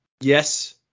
yes